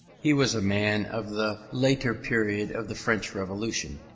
he was a man of the later period of the french revolution,